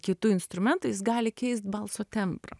kitų instrumentų jis gali keist balso tembrą